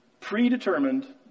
Predetermined